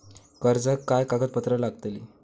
कर्जाक काय कागदपत्र लागतली?